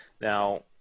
now